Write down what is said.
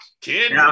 kid